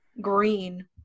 green